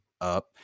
up